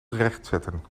rechtzetten